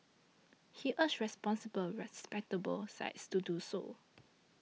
he urged responsible respectable sites to do so